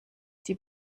die